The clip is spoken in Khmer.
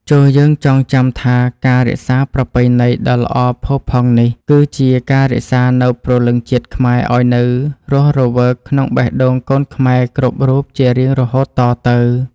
ចូរយើងចងចាំថាការរក្សាប្រពៃណីដ៏ល្អផូរផង់នេះ គឺជាការរក្សានូវព្រលឹងជាតិខ្មែរឱ្យនៅរស់រវើកក្នុងបេះដូងកូនខ្មែរគ្រប់រូបជារៀងរហូតតទៅ។